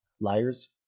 liars